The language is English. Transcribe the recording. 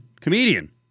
comedian